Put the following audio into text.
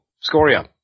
Scoria